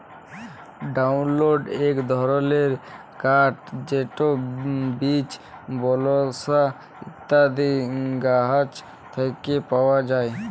hardwood ইক ধরলের কাঠ যেট বীচ, বালসা ইত্যাদি গাহাচ থ্যাকে পাউয়া যায়